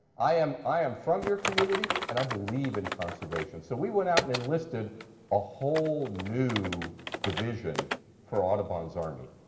i am i am from your community, and i believe in conservation. so we went out and enlisted a whole new division for audubon's army.